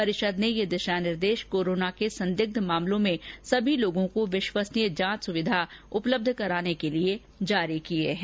परिषद ने ये दिशा निर्देश कोरोना के संदिग्ध मामलों में सभी लोगों को विश्वसनीय जांच सुविधा उपलब्ध कराने के लिए जारी किए हैं